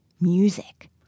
music